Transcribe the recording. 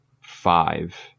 five